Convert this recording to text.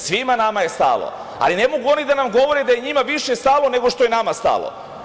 Svima nama je stalo, ali ne mogu oni da nam govore da je njima više stalno nego što je nama stalo.